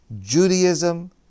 Judaism